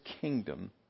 kingdom